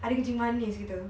ada kencing manis gitu